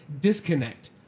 disconnect